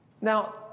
Now